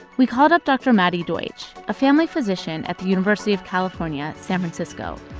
we called up dr. maddie deutsch, a family physician at the university of california san francisco.